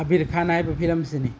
ꯑꯕꯤꯔ ꯈꯥꯟ ꯍꯥꯏꯕ ꯐꯤꯂꯝꯁꯤꯅꯤ